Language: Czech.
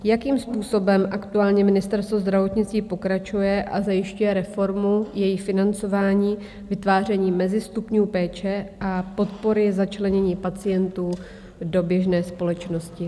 Jakým způsobem aktuálně Ministerstvo zdravotnictví pokračuje a zajišťuje reformu, její financování, vytváření mezistupňů péče a podpory začlenění pacientů do běžné společnosti?